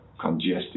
congested